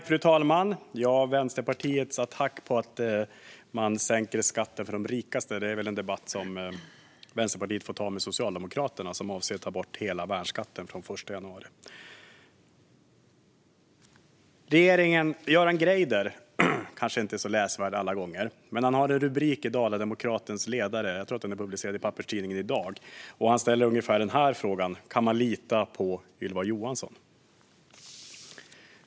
Fru talman! Vänsterpartiets attack mot att man sänker skatten för de rikaste är väl en debatt som Vänsterpartiet får ta med Socialdemokraterna, som avser att ta bort hela värnskatten från den 1 januari. Göran Greider är kanske inte så läsvärd alla gånger, men han har en rubrik i Dala-Demokratens ledare. Jag tror att den är publicerad i papperstidningen i dag. Han ställer ungefär den här frågan: Kan man lita på Ylva Johansson?